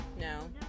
No